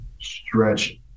stretch